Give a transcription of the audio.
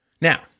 Now